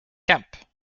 camp